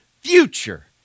future